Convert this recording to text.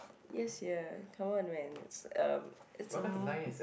ya sia come on man it's uh it's a